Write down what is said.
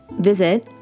Visit